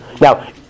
Now